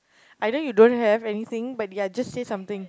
I know you don't have anything but ya just say something